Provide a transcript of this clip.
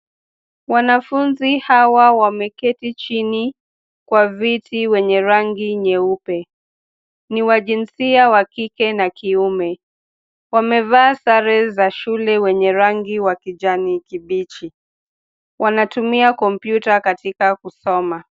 Wanafunzi hawa wameketi chini kwa viti wenye rangi nyeupe. Ni wa ni jinsia wa kike na kiume. Wamevaa sare za shule wenye rangi wa kijani kibichi. Wanatumia kompyuta katika kusoma.